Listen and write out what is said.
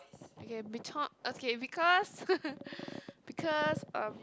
okay be talk okay because because um